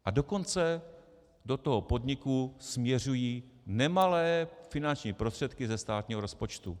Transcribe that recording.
A dokonce do toho podniku směřují nemalé finanční prostředky ze státního rozpočtu.